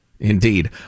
Indeed